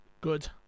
Good